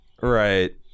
right